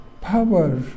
power